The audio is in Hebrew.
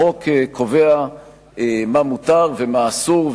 החוק קובע מה מותר ומה אסור,